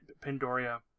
Pandoria